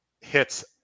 hits